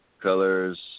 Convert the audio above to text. Colors